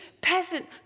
peasant